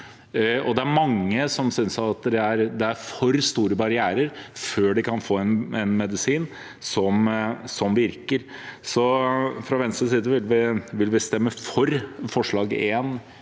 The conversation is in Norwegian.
Det er mange som synes at det er for store barrierer før de kan få en medisin som virker. Fra Venstres side vil vi derfor stemme for forslag nr.